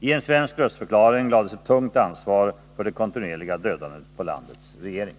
I en svensk röstförklaring lades ett tungt ansvar för det kontinuerliga dödandet på landets regering.